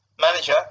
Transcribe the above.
manager